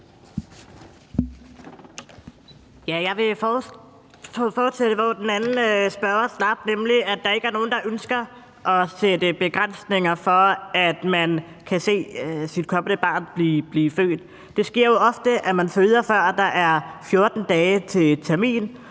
Jeg vil fortsætte, hvor den anden spørger slap, nemlig med, at der ikke er nogen, der ønsker at sætte begrænsninger for, at man kan se sit kommende barn blive født. Det sker jo ofte, at nogen føder, før der er 14 dage til termin,